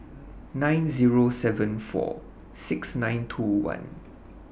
nine Zero seven four six nine two one